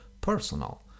personal